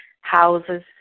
houses